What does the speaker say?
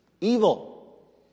evil